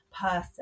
person